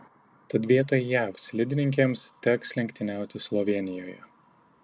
tad vietoj jav slidininkėms teks lenktyniauti slovėnijoje